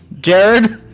Jared